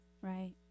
Right